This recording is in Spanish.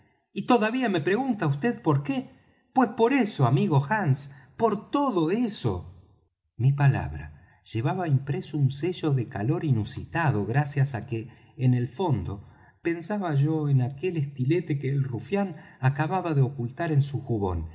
y todavía me pregunta vd por qué pues por eso amigo hands por todo eso mi palabra llevaba impreso un sello de calor inusitado gracias á que en el fondo pensaba yo en aquel estilete que el rufián acababa de ocultar en su jubón